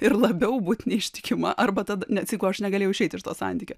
ir labiau būt neištikima arba tad net jeigu aš negalėjau išeiti ir to santykio